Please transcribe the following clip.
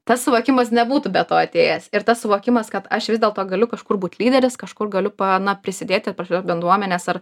tas suvokimas nebūtų be to atėjęs ir tas suvokimas kad aš vis dėlto galiu kažkur būt lyderis kažkur galiu pa na prisidėt prie pačios bendruomenės ar